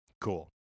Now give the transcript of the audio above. Cool